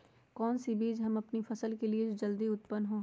कौन सी बीज ले हम अपनी फसल के लिए जो जल्दी उत्पन हो?